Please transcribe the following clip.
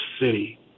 city